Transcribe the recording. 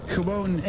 Gewoon